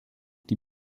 die